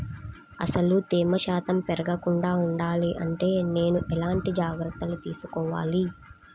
అసలు తేమ శాతం పెరగకుండా వుండాలి అంటే నేను ఎలాంటి జాగ్రత్తలు తీసుకోవాలి?